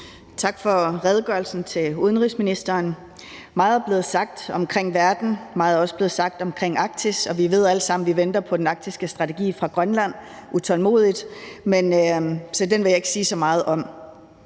for redegørelsen. Meget er blevet sagt omkring verden, meget er også blevet sagt omkring Arktis. Og vi ved alle sammen, at vi utålmodigt venter på den arktiske strategi fra Grønland, så den vil jeg ikke sige så meget om.